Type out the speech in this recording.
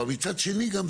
אבל מצד שני גם,